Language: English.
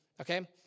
okay